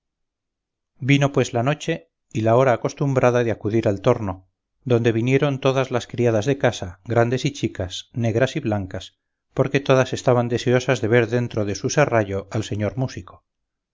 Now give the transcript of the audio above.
vino pues la noche y la hora acostumbrada de acudir al torno donde vinieron todas las criadas de casa grandes y chicas negras y blancas porque todas estaban deseosas de ver dentro de su serrallo al señor músico